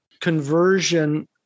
conversion